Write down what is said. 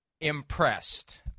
impressed